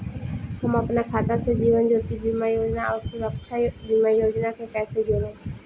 हम अपना खाता से जीवन ज्योति बीमा योजना आउर सुरक्षा बीमा योजना के कैसे जोड़म?